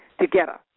together